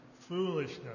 foolishness